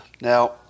Now